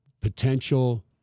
potential